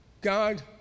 God